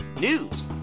news